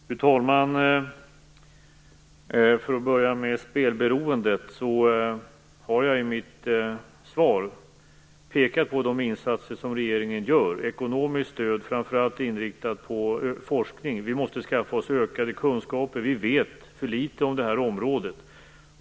Fru talman! Låt mig börja med spelberoendet. I mitt svar har jag pekat på de insatser som regeringen gör. Det gäller t.ex. ekonomiskt stöd, framför allt inriktat på forskning. Vi måste skaffa oss ökade kunskaper. Vi vet för litet om det här området.